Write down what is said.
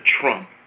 trump